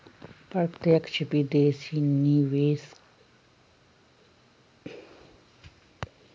प्रत्यक्ष विदेशी निवेशकवन के दस प्रतिशत शेयर खरीदे पड़ा हई